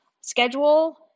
schedule